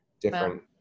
different